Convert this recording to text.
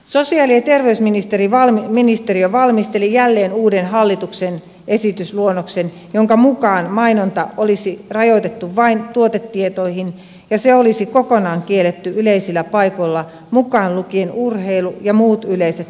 sosiaali ja terveysministeriö valmisteli jälleen uuden hallituksen esitysluonnoksen jonka mukaan mainonta olisi rajoitettu vain tuotetietoihin ja se olisi kokonaan kielletty yleisillä paikoilla mukaan lukien urheilu ja muut yleiset tapahtumat